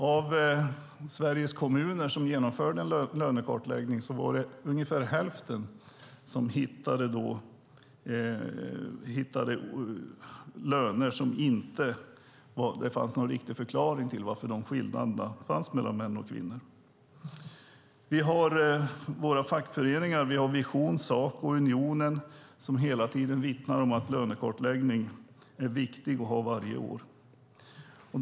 Av Sveriges kommuner som genomförde en lönekartläggning var det ungefär hälften som hittade löneskillnader men inte riktigt förklaringar varför dessa skillnader fanns mellan kvinnor och män. Vi har våra fackföreningar som Vision, Saco och Unionen som hela tiden vittnar om att lönekartläggning är viktig att ha varje år.